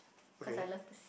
okay